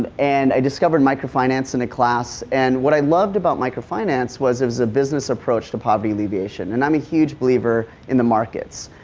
and and i discovered microfinance in a class. and what i loved about microfinance was it was a business approach to poverty alleviation and iim um a huge believer in the markets.